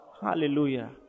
Hallelujah